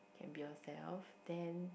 can be yourself then